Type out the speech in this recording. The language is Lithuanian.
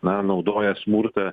na naudoja smurtą